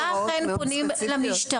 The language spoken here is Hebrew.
גניבה אכן פונים למשטרה.